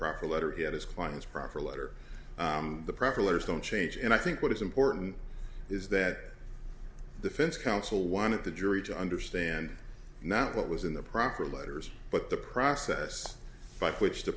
proper letter he had his client's proffer letter the proper letters don't change and i think what is important is that defense counsel want the jury to understand not what was in the proper letters but the process by which the